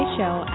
Show